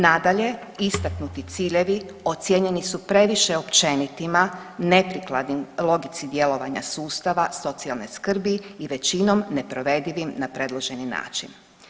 Nadalje, istaknuti ciljevi ocijenjeni su previše općenitima, neprikladnim logici djelovanja sustava socijalne skrbi i većinom neprovedivim na predloženi način.